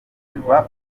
cyangwa